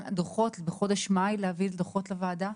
בחודש מאי להביא דוחות לוועדה.